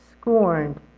scorned